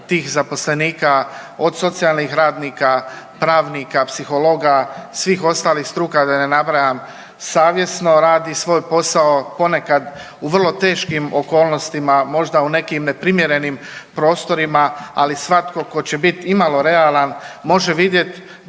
tih zaposlenika od socijalnih radnika, pravnika, psihologa, svih ostalih struka da ne nabrajam savjesno radi svoj posao. Ponekad u vrlo teškim okolnostima, možda u nekim neprimjerenim prostorima, ali svatko tko će biti i malo realan može vidjeti